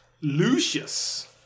Lucius